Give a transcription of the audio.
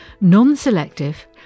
non-selective